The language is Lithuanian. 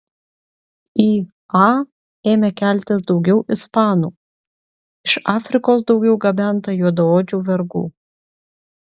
į a ėmė keltis daugiau ispanų iš afrikos daugiau gabenta juodaodžių vergų